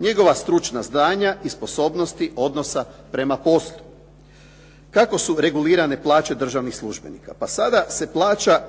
njegova stručna znanja i sposobnosti odnosa prema poslu. Kako su regulirane plaće državnih službenika? Pa sada se plaća,